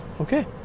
okay